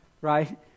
right